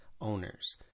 owners